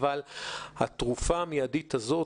אבל התרופה המיידית הזאת,